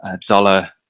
dollar